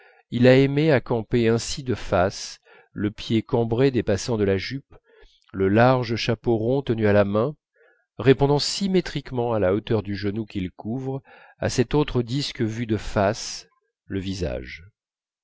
il a aimé à camper ainsi de face le pied cambré dépassant de la jupe le large chapeau rond tenu à la main répondant symétriquement à la hauteur du genou qu'il couvre à cet autre disque vu de face le visage